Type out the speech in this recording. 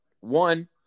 one